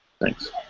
Thanks